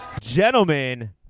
Gentlemen